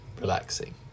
relaxing